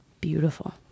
beautiful